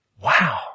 Wow